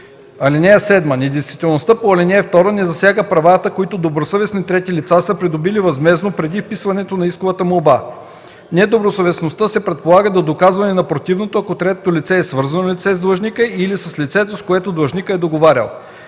(7) Недействителността по ал. 2 не засяга правата, които добросъвестни трети лица са придобили възмездно преди вписването на исковата молба. Недобросъвестността се предполага до доказване на противното, ако третото лице е свързано лице с длъжника или с лицето, с което длъжникът е договарял.”